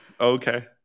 Okay